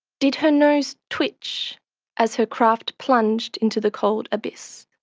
did her nose twitch as her craft plunged into the cold abyss?